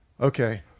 Okay